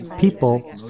People